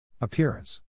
Appearance